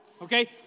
okay